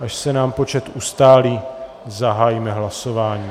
Až se nám počet ustálí, zahájíme hlasování.